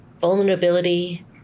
vulnerability